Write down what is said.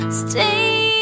stay